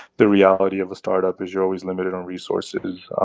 the reality of a startup is you're always limited on resources.